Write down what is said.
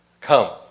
come